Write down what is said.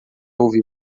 ouve